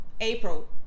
April